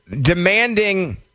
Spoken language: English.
demanding